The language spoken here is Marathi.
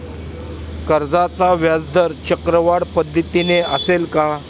कर्जाचा व्याजदर चक्रवाढ पद्धतीने असेल का?